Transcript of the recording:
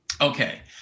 Okay